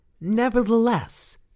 Nevertheless